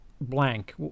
blank